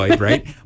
right